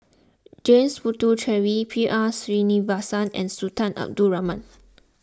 James Puthucheary B R Sreenivasan and Sultan Abdul Rahman